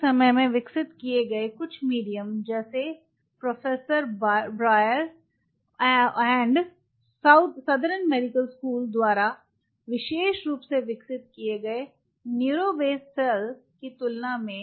हाल के समय में विकसित किये गए कुछ मीडियम जैसे प्रोफेसर ब्रायर और साउथर्न मेडिकल स्कूल द्वारा संदर्भ समय 1809 विशेष रूप से विकसित किये गए न्यूरो बेस सेल की तुलना में